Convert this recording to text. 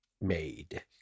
made